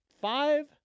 five